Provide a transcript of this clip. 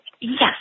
yes